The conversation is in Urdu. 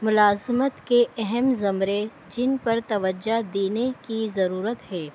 ملازمت کے اہم زمرے جن پر توجہ دینے کی ضرورت ہے